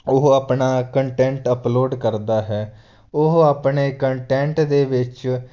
ਉਹ ਆਪਣਾ content upload ਕਰਦਾ ਹੈ ਉਹ ਆਪਣੇ ਕੰਟੈਂਟ ਦੇ ਵਿੱਚ